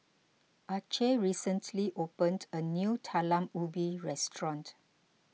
Acey recently opened a new Talam Ubi restaurant